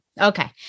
Okay